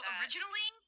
originally